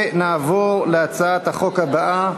נעבור להצעת החוק הבאה.